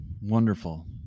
wonderful